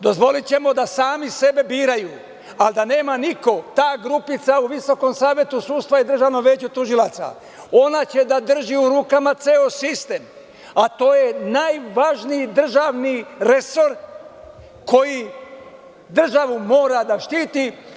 Dozvolićemo da sami sebe biraju, ali da nema niko, ta grupica u Visokom savetu sudstva i Državnom veću tužilaca, ona će da drži u rukama ceo sistem, a to je najvažniji državni resor koji državu mora da štiti.